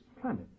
planet